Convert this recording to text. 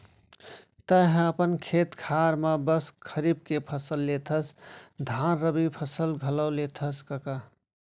तैंहा अपन खेत खार म बस खरीफ के फसल लेथस धन रबि फसल घलौ लेथस कका?